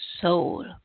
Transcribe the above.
soul